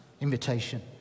invitation